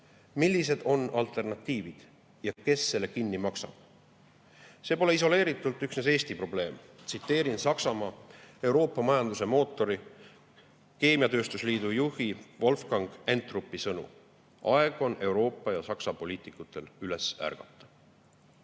millised on alternatiivid ja kes selle kinni maksab. See pole isoleeritult üksnes Eesti probleem. Tsiteerin Saksamaa, Euroopa majanduse mootori keemiatööstuse liidu juhi Wolfgang Entrupi sõnu: "Euroopa ja Saksa poliitikutel on aeg üles ärgata."